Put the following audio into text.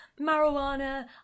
marijuana